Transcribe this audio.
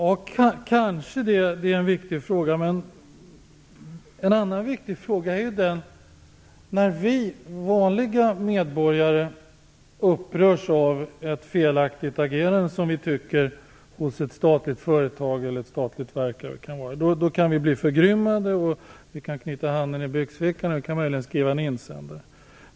Fru talman! Det kanske är en viktig fråga, men det finns en annan viktig fråga. När vi vanliga medborgare upprörs av något som vi uppfattar som ett felaktigt agerande hos ett statligt företag eller ett statligt verk, kan vi bli förgrymmade och knyta handen i byxfickan eller möjligen skriva en insändare.